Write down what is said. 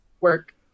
work